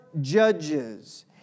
judges